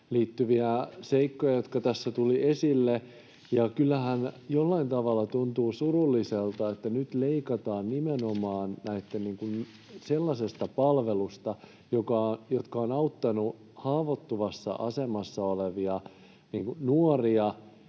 liittyviä seikkoja, jotka tässä tulivat esille, ja kyllähän jollain tavalla tuntuu surulliselta, että nyt leikataan nimenomaan sellaisesta palvelusta, joka on auttanut haavoittuvassa asemassa olevia nuoria